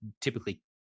typically